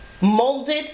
molded